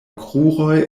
kruroj